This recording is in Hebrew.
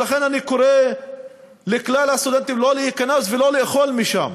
ולכן אני קורא לכלל הסטודנטים לא להיכנס ולא לאכול שם.